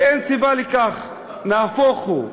ואין סיבה לכך, נהפוך הוא.